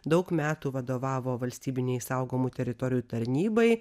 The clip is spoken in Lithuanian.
daug metų vadovavo valstybinei saugomų teritorijų tarnybai